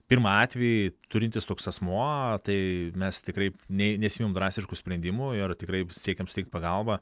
pirmą atvejį turintis toks asmuo tai mes tikrai ne nesiimam drastiškų sprendimų ir tikrai siekiam suteikt pagalbą